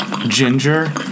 Ginger